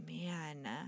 man